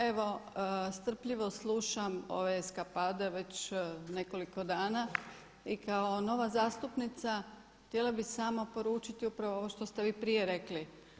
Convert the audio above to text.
Evo strpljivo slušam ove eskapade već nekoliko dana i kao nova zastupnica htjela bih samo poručiti upravo ovo što ste vi prije rekli.